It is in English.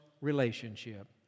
relationship